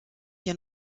hier